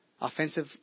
Offensive